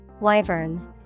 Wyvern